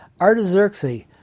Artaxerxes